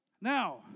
Now